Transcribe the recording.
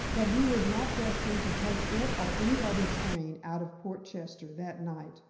but he was not destined to take it or any other train out of portchester that night,